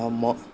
মই